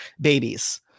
babies